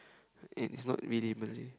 and it's not really Malay